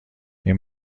این